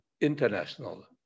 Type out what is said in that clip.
international